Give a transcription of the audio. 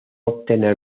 obtener